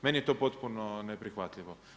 Meni je to potpuno neprihvatljivo.